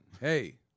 Hey